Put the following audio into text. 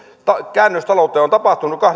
käännös ta loudessa on tapahtunut